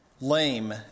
lame